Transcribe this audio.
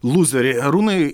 lūzeriai arūnai